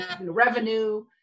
revenue